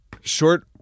short